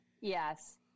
Yes